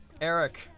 Eric